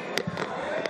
רגע,